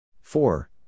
four